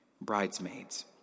bridesmaids